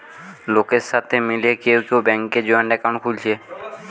লোকের সাথে মিলে কেউ কেউ ব্যাংকে জয়েন্ট একাউন্ট খুলছে